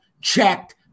checked